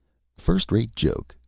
first-rate joke,